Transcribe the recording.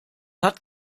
hat